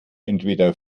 entweder